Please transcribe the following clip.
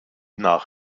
nach